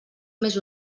més